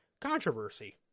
controversy